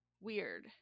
weird